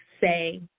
say